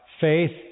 faith